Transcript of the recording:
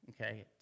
Okay